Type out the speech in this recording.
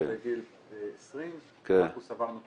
זה גיל 20. אנחנו סברנו,